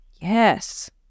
Yes